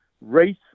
race